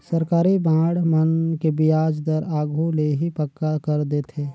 सरकारी बांड मन के बियाज दर आघु ले ही पक्का कर देथे